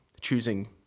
choosing